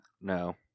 No